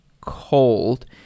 cold